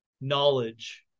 knowledge